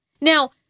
Now